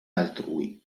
altrui